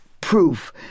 proof